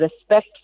respect